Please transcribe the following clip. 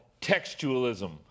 textualism